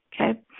Okay